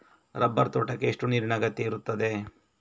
Rubber ತೋಟಕ್ಕೆ ಎಷ್ಟು ನೀರಿನ ಅಗತ್ಯ ಇರುತ್ತದೆ?